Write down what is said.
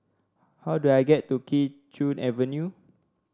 how do I get to Kee Choe Avenue